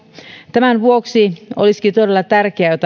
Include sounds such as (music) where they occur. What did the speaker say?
tämän vuoksi olisikin todella tärkeää (unintelligible)